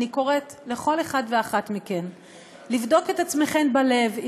אני קוראת לכל אחת ואחד מכם לבדוק את עצמכם בלב אם